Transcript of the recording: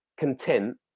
Content